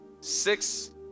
six